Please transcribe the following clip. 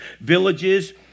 villages